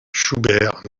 schubert